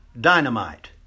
Dynamite